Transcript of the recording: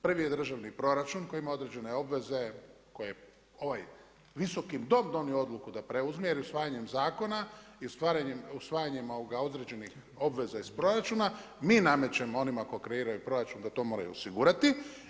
Prvi je državni proračun koji ima određene obveze, koji je ovaj visoki Dom donio odluku da preuzme i usvajanjem zakona i usvajanjem određenih obveza iz proračuna, mi namećemo onima tko kreira proračun da to moraju osigurati.